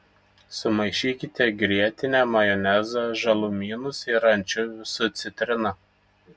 sumaišykite grietinę majonezą žalumynus ir ančiuvius su citrina